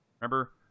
Remember